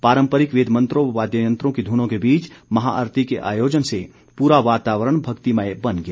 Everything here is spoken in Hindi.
पारंपरिक वेद मंत्रों व वाद्ययंत्रों की धुनों के बीच महाआरती के आयोजन से पूरा वातावरण भक्तिमय बन गया